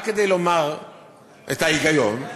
רק לומר את ההיגיון.